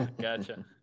gotcha